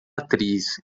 atriz